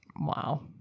Wow